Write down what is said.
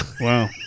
wow